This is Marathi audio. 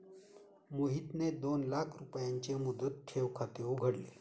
मोहितने दोन लाख रुपयांचे मुदत ठेव खाते उघडले